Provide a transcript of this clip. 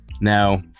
Now